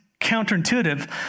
counterintuitive